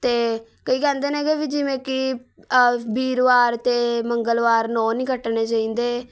ਅਤੇ ਕਈ ਕਹਿੰਦੇ ਨੇ ਕਿ ਵੀ ਜਿਵੇਂ ਕਿ ਵੀਰਵਾਰ ਅਤੇ ਮੰਗਲਵਾਰ ਨਹੁੰ ਨਹੀਂ ਕੱਟਣੇ ਚਾਹੀਦੇ